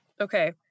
Okay